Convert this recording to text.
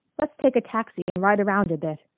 let's take a taxi and ride around a bit!